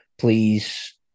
please